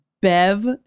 Bev